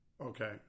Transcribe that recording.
Okay